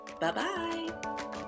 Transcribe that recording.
bye-bye